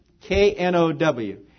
K-N-O-W